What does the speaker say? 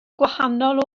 gwahanol